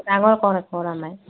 ডাঙৰ ক কৰা নাই